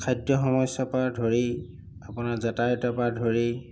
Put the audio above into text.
খাদ্য সমস্যাৰ পৰা ধৰি আপোনাৰ যাতায়তৰ পৰা ধৰি